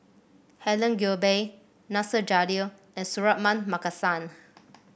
Helen Gilbey Nasir Jalil and Suratman Markasan